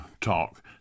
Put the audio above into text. talk